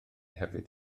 hefyd